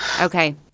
Okay